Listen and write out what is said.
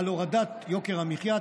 על הורדת יוקר המחיה,